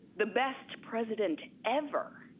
the best president ever